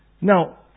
Now